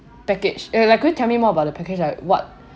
package like could you tell me more about the package like what